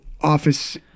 office